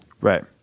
right